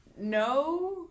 no